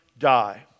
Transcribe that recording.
die